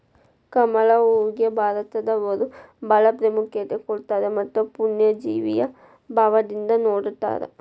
ಕಮಲ ಹೂವಿಗೆ ಭಾರತದವರು ಬಾಳ ಪ್ರಾಮುಖ್ಯತೆ ಕೊಟ್ಟಾರ ಮತ್ತ ಪೂಜ್ಯನಿಯ ಭಾವದಿಂದ ನೊಡತಾರ